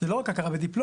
זה לא רק הכרה בדיפלומות.